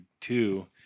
two